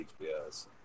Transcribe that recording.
HBS